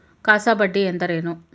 CASA ಬಡ್ಡಿ ಎಂದರೇನು?